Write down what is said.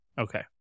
Okay